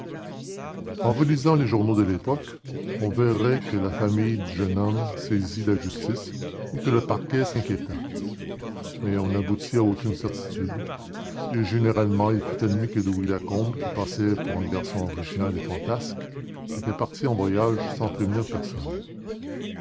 en relisant les journaux de l'époque on verrait que la famille du jeune homme saisit la justice et que le parquet s'inquiéta mais on n'aboutit à aucune certitude et généralement il fut admis que louis lacombe qui passait pour un garçon original et fantasque était parti en voyage sans prévenir personne